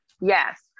Yes